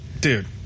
dude